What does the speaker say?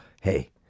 Hey